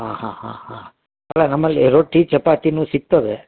ಹಾಂ ಹಾಂ ಹಾಂ ಹಾಂ ಅಲ್ಲ ನಮ್ಮಲ್ಲಿ ರೊಟ್ಟಿ ಚಪಾತಿನೂ ಸಿಗ್ತದೆ